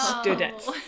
students